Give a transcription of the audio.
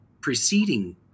preceding